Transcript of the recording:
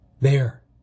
There